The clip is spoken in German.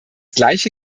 gleiche